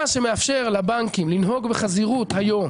מה שמאפשר לבנקים לנהוג בחזירות היום